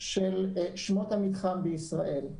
של שמות המתחם בישראל.